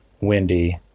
windy